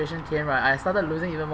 came right I started losing even more